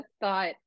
thought